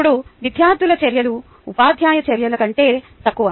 ఇప్పుడు విద్యార్థుల చర్యలు ఉపాధ్యాయ చర్యల కంటే తక్కువ